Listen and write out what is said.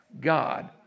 God